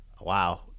Wow